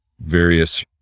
various